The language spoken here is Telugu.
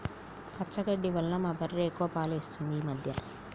పచ్చగడ్డి వల్ల మా బర్రె ఎక్కువ పాలు ఇస్తుంది ఈ మధ్య